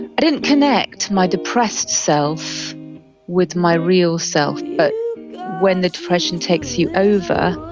i didn't connect my depressed self with my real self, but when the depression takes you over,